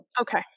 Okay